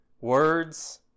words